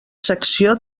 secció